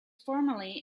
formerly